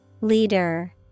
Leader